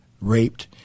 raped